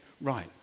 right